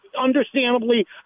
understandably